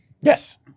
Yes